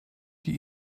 die